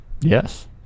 yes